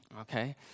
okay